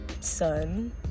son